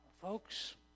Folks